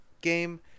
game